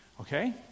Okay